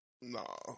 No